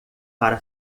para